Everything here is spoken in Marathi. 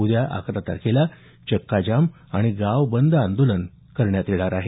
उद्या अकरा तारखेला चक्का जाम आणि गाव बंद आंदोलन करण्यात येणार आहे